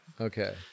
Okay